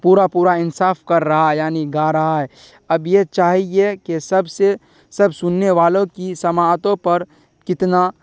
پورا پورا انصاف کر رہا ہے یعنی گا رہا ہے اب یہ چاہیے کہ سب سے سب سننے والوں کی سماعتوں پر کتنا